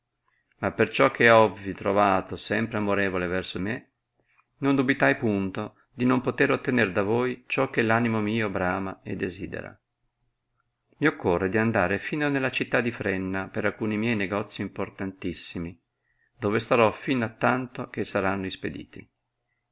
ma perciò che hovvi trovato sempre amorevole verso me non dubitai punto di non poter ottener da voi ciò che animo mio brama e desidera mi occorre di andare fino nella città di frenna per alcuni miei negozii importantissimi dove starò fin a tanto che saranno ispediti